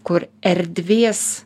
kur erdvės